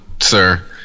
sir